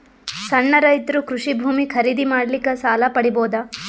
ಸಣ್ಣ ರೈತರು ಕೃಷಿ ಭೂಮಿ ಖರೀದಿ ಮಾಡ್ಲಿಕ್ಕ ಸಾಲ ಪಡಿಬೋದ?